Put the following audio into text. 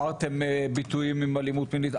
אמרתם ביטויים עם אלימות מינית,